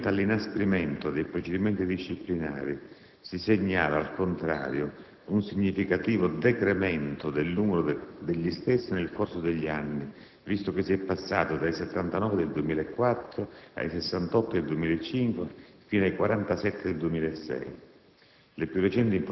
In riferimento all'inasprimento dei procedimenti disciplinari si segnala, al contrario, un significativo decremento degli stessi nel corso degli anni, visto che si è passati dai 79 del 2004, ai 68 del 2005, fino ai 47 del 2006.